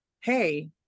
hey